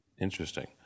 Interesting